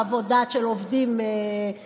חוות דעת של עובדים סוציאליים.